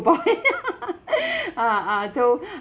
boy uh uh so